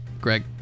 Greg